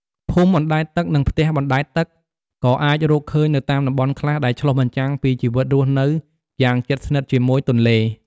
ភូមិអណ្ដែតទឹក និងផ្ទះបណ្ដែតទឹកក៏អាចរកឃើញនៅតាមតំបន់ខ្លះ ដែលឆ្លុះបញ្ចាំងពីជីវិតរស់នៅយ៉ាងជិតស្និទ្ធជាមួយទន្លេ។